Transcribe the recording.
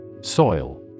Soil